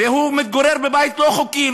והם מתגוררים בבית לא חוקי,